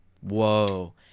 whoa